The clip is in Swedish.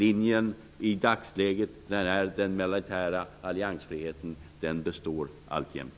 I dagsläget är den linjen den militära alliansfriheten. Den består alltjämt.